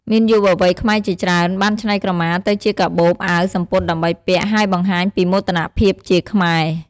មានយុវវ័យខ្មែរជាច្រើនបានច្នៃក្រមាទៅជាកាបូប អាវ សំពត់ ដើម្បីពាក់ ហើយបង្ហាញពីមោទនភាពជាខ្មែរ។